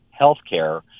Healthcare